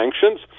sanctions